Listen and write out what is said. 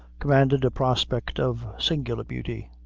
commanded a prospect of singular beauty.